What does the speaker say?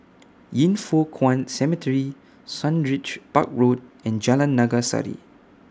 Yin Foh Kuan Cemetery Sundridge Park Road and Jalan Naga Sari